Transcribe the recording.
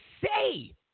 say